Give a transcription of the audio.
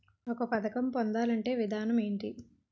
ఒక పథకం పొందాలంటే విధానం ఏంటి?